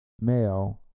male